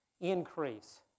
increase